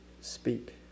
speak